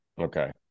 Okay